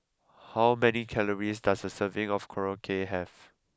how many calories does a serving of Korokke have